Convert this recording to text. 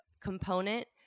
component